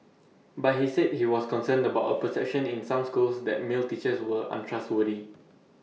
but he said he was concerned about A perception in some schools that male teachers were untrustworthy